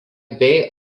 bei